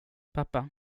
pappa